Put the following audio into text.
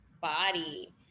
body